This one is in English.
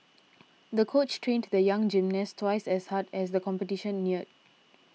the coach trained the young gymnast twice as hard as the competition neared